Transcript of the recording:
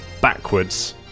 Backwards